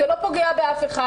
זה לא פוגע באף אחד,